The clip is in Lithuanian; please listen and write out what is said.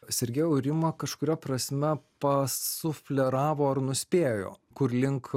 sergėjau rima kažkuria prasme pasufleravo ar nuspėjo kur link